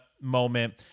moment